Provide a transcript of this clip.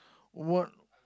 what